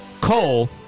Cole